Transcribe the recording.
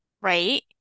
right